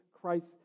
Christ